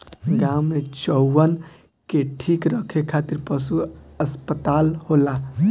गाँव में चउवन के ठीक रखे खातिर पशु अस्पताल होला